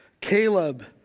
Caleb